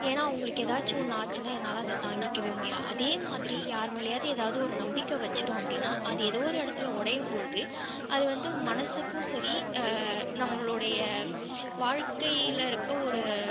ஏன்னா அவங்களுக்கு எதாச்சு ஒன்று ஆச்சுனால் என்னால் அதை தாங்கிக்கவே முடியாது அதே மாதிரி யாருமேலையாவது எதாவது ஒரு நம்பிக்கை வச்சிட்டோம் அப்படினா அது எதோ ஒரு இடத்துல உடையும்பொழுது அது வந்து மனதுக்கும் சரி நம்மளோடைய வாழ்க்கையில் இருக்க ஒரு